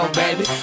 baby